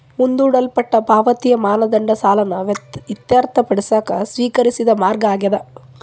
ಮುಂದೂಡಲ್ಪಟ್ಟ ಪಾವತಿಯ ಮಾನದಂಡ ಸಾಲನ ಇತ್ಯರ್ಥಪಡಿಸಕ ಸ್ವೇಕರಿಸಿದ ಮಾರ್ಗ ಆಗ್ಯಾದ